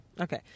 Okay